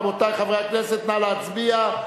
רבותי חברי הכנסת, נא להצביע.